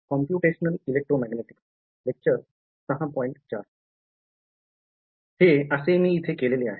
हे असे मी इथे केलेले आहे